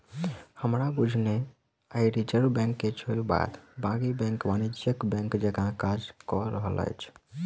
हमरा बुझने आइ रिजर्व बैंक के छोइड़ बाद बाँकी बैंक वाणिज्यिक बैंक जकाँ काज कअ रहल अछि